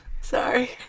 Sorry